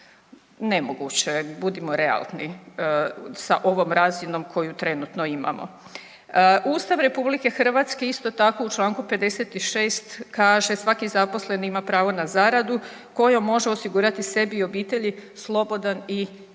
nemoguće, budimo realni sa ovom razinom koju trenutno imamo. Ustav RH isto tako u Članku 56. kaže svaki zaposleni ima pravo na zaradu kojom može osigurati sebi i obitelji slobodan i dostojan